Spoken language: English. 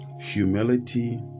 humility